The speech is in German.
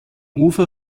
ufer